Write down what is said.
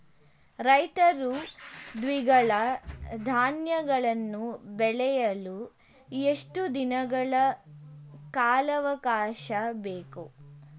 ರೈತರು ದ್ವಿದಳ ಧಾನ್ಯಗಳನ್ನು ಬೆಳೆಯಲು ಎಷ್ಟು ದಿನಗಳ ಕಾಲಾವಾಕಾಶ ಬೇಕು?